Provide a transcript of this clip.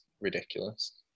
ridiculous